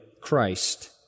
Christ